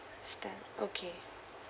stamp okay